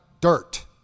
dirt